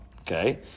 Okay